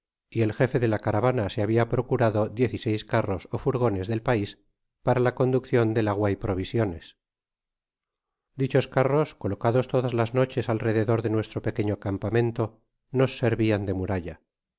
y el jefe de la caravana se habia procurado diez y seis carros ó furgones del pais para la conduccion del agua y provisiones dichos carros colocados todas las noches al rededor de nuestro pequeño campamento nos servian de muralla